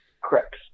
Correct